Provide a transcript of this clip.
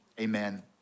Amen